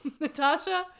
Natasha